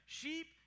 sheep